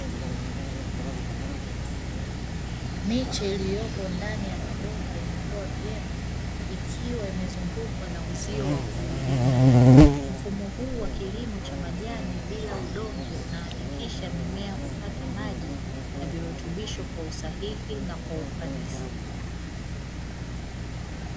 Miche iliyokuwa ndani ya mabomba imekuwa vyema ikiwa imezungukwa na uzio wa kuilinda, mfumo huu wa kilimo cha majani bila udongo na kuhakikisha mimea inapata maji yenye virutubisho kwa usahihi na ufanisi.